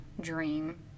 dream